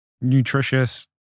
nutritious